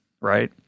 Right